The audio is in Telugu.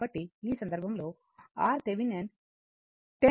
కాబట్టి ఈ సందర్భంలో RThevenin 10 2010 20